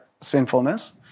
sinfulness